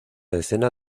decena